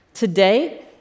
Today